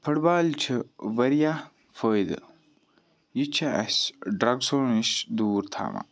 foot بالہِ چھِ واریاہ فٲیدٕ یہِ چھےٚ اَسہِ ڈرگسو نِش دوٗر تھاوان